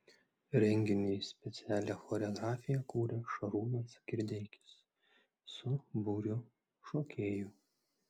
renginiui specialią choreografiją kūrė šarūnas kirdeikis su būriu šokėjų